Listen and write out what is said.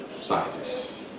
scientists